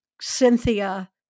Cynthia